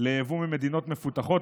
ליבוא ממדינות מפותחות.